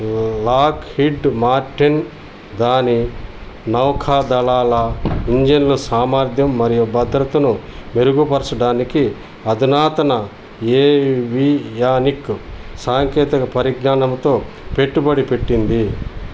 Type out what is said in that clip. Lockheed Martin దాని నౌకదళాల ఇంజన్లు సామర్థ్యం మరియు భద్రతను మెరుగుపరచడానికి అధునాతన ఎవియానిక్స్ సాంకేతిక పరిజ్ఞానముతో పెట్టుబడి పెట్టింది